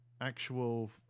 actual